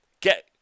Get